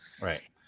Right